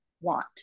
want